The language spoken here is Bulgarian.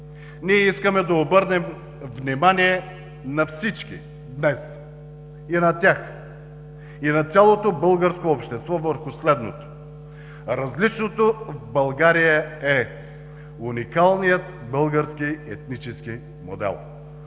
ние искаме да обърнем внимание на всички – и на тях, и на цялото българско общество върху следното: различното в България е уникалният български етнически модел.